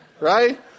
right